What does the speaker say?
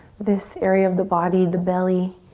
this area of the body, the belly,